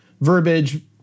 verbiage